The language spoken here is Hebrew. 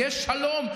יהיה שלום,